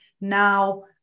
now